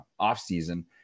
offseason